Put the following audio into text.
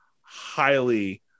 highly